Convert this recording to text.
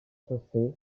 chaussée